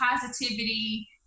positivity